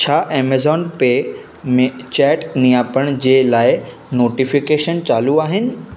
छा Amazon pay में chat नियापण जे लाइ नोटिफिकेशन चालू आहिनि